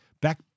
Back